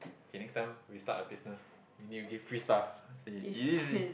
hey next time we start a business we need to give free stuff okay easy